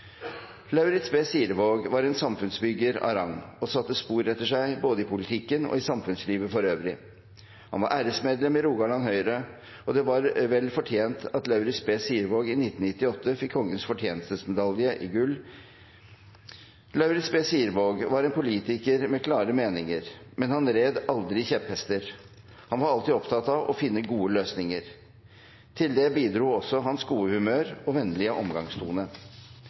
Lauritz B. Sirevaag var en samfunnsbygger av rang og satte spor etter seg både i politikken og i samfunnslivet for øvrig. Han var æresmedlem i Rogaland Høyre, og det var vel fortjent at Lauritz B. Sirevaag i 1998 fikk Kongens fortjenstmedalje i gull i 1998. Lauritz B. Sirevaag var en politiker med klare meninger, men han red aldri kjepphester. Han var alltid opptatt av å finne gode løsninger. Til det bidro også hans gode humør og vennlige omgangstone.